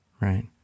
Right